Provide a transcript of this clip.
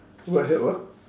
what help ah